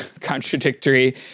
contradictory